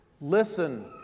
Listen